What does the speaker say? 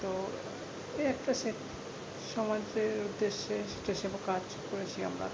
তো এই একটা সেই সময়তে উদ্দেশ্যে দেশেরও কাজ করেছি আমরা